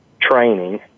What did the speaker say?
training